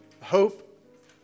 hope